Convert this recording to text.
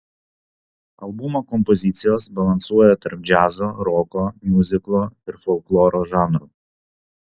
albumo kompozicijos balansuoja tarp džiazo roko miuziklo ir folkloro žanrų